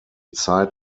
zeit